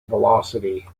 velocity